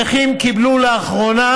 הנכים קיבלו לאחרונה